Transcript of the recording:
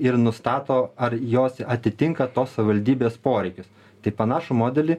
ir nustato ar jos atitinka tos savivaldybės poreikius tai panašų modelį